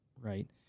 right